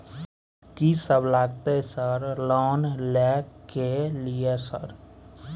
कि सब लगतै सर लोन ले के लिए सर?